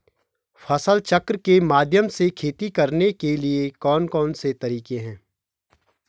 फसल चक्र के माध्यम से खेती करने के लिए कौन कौन से तरीके हैं?